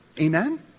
Amen